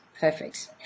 Perfect